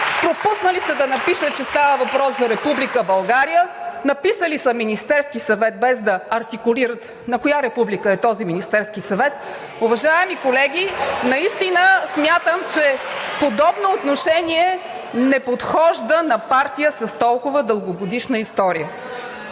Пропуснали са да напишат, че става въпрос за Република България, написали са: Министерски съвет – без да артикулират на коя република е този Министерски съвет. Уважаеми колеги, наистина смятам, че подобно отношение не подхожда на партия с толкова дългогодишна история.